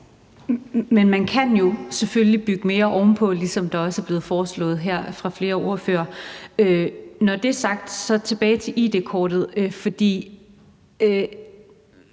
Men man kan jo selvfølgelig bygge mere ovenpå, ligesom det også er blevet foreslået her fra flere ordføreres side. Når det er sagt, vil jeg vende tilbage til id-kortet.